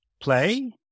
play